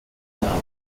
finale